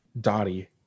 Dottie